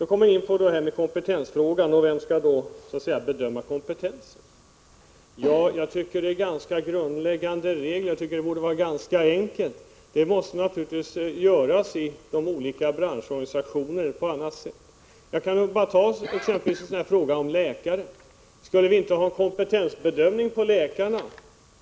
Jag kommer så in på kompetensfrågan och vem som skall bedöma kompetensen. Det finns grundläggande regler. Det borde vara ganska enkelt. Kompetensbedömningen måste naturligtvis göras i de olika branschorganisationerna eller på annat sätt. Jag kan som exempel ta läkare. Skulle vi inte ha en kompetensbedömning av läkarna?